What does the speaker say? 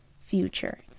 future